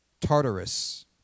Tartarus